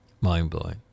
Mind-blowing